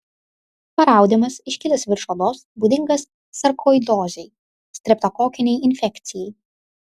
paraudimas iškilęs virš odos būdingas sarkoidozei streptokokinei infekcijai